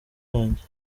yanjye